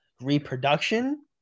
reproduction